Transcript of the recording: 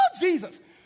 Jesus